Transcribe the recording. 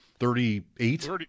Thirty-eight